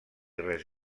res